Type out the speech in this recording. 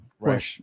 Right